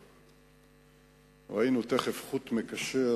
ראינו תיכף חוט מקשר